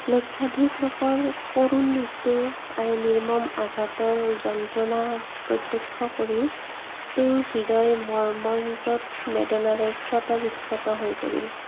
লক্ষাধিক লোকৰ কৰুণ মৃত্যু আৰু নিৰ্মম আঘাতৰ যন্ত্ৰনা প্ৰতক্ষ্য কৰি তেওঁৰ হৃদয় মৰ্মন্তত বেদনাৰে ক্ষত বিক্ষত হৈ পৰিল